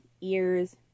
ears